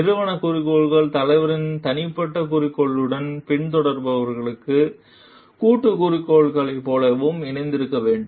நிறுவன குறிக்கோள் தலைவரின் தனிப்பட்ட குறிக்கோளுடனும் பின்தொடர்பவர்களின் கூட்டு குறிக்கோளைப் போலவும் இணைந்திருக்க வேண்டும்